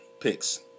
picks